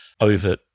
over